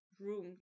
room